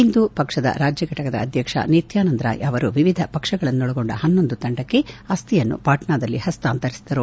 ಇಂದು ಪಕ್ಷದ ರಾಜ್ಯ ಘಟಕದ ಅಧ್ವಕ್ಷ ನಿತ್ಯಾನಂದ ರಾಯ್ ಅವರು ವಿವಿಧ ಪಕ್ಷಗಳನ್ನೊಳಗೊಂಡ ಹನ್ನೊಂದು ತಂಡಕ್ಕೆ ಅಸ್ವಿಯನ್ನು ಪಾಟ್ನಾದಲ್ಲಿ ಹಸ್ತಾಂತರಿಸಿದರು